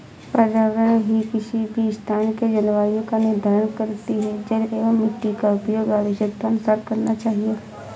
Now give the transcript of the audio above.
पर्यावरण ही किसी भी स्थान के जलवायु का निर्धारण करती हैं जल एंव मिट्टी का उपयोग आवश्यकतानुसार करना चाहिए